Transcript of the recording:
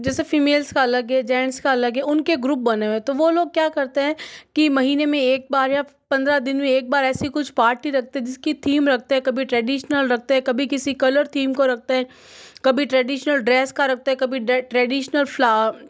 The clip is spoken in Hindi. जैसे फ़िमेल्स का अलग है जैंट्स का अलग है उनके ग्रूप बने हुए हैं तो वो लोग क्या करते हैं कि महीने में एक बार या पंद्रह दिन में एक बार ऐसे ही कुछ पार्टी रखते हैं जिसकी थीम रखते हैं कभी ट्रेडिशनल रखते हैं कभी किसी कलर थीम को रखते हैं कभी ट्रेडिशनल ड्रेस का रखते हैं कभी ट्रेडिशनल फ़्ला